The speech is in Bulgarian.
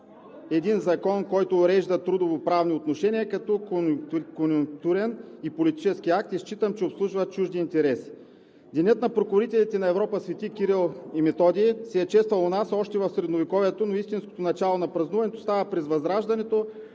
един закон, който урежда трудовоправни отношения като конюнктурен и политически акт, и считам, че обслужва чужди интереси. Денят на покровителите на Европа Свети Кирил и Методий се е чествал у нас още в Средновековието, но истинското начало на празнуването става през Възраждането